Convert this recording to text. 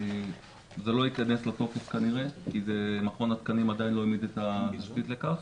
זה לא ייכנס לתוקף כנראה כי מכון התקנים עדיין לא העמיד את ה --- לכך,